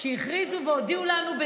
כשהכריזו והודיעו לנו,